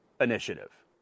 Initiative